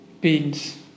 beans